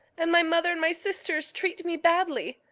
and my mother and my sisters treat me badly.